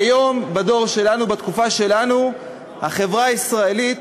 היום, בדור שלנו, בתקופה שלנו, החברה הישראלית